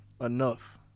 enough